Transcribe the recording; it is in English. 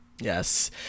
Yes